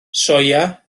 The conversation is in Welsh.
soia